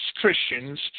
Christians